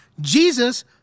Jesus